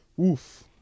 Oof